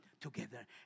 together